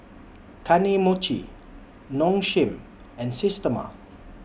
Kane Mochi Nong Shim and Systema